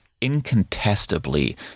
incontestably